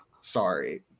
Sorry